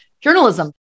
journalism